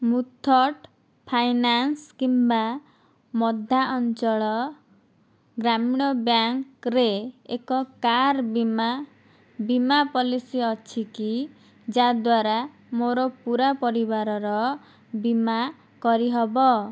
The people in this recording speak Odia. ମୁଥୁଟ୍ ଫାଇନାନ୍ସ୍ କିମ୍ବା ମଧ୍ୟାଞ୍ଚଳ ଗ୍ରାମୀଣ ବ୍ୟାଙ୍କ୍ରେ ଏକ କାର୍ ବୀମା ବୀମା ପଲିସି ଅଛି କି ଯାଦ୍ଵାରା ମୋର ପୂରା ପରିବାରର ବୀମା କରିହେବ